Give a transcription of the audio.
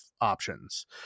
options